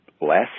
less